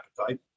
appetite